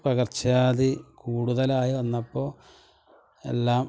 പകര്ച്ചവ്യാധി വന്നപ്പോൾ എല്ലാം